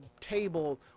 table